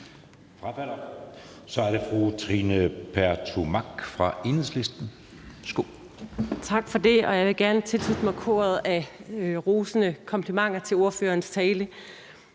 frafalder. Så er det fru Trine Pertou Mach fra Enhedslisten.